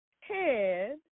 head